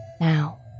Now